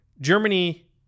Germany